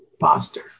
pastor